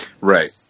Right